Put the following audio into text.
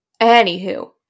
Anywho